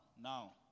now